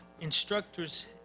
instructors